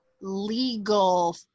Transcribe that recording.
legal